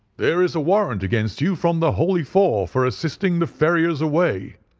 there is a warrant against you from the holy four for assisting the ferriers away.